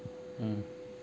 mm